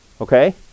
okay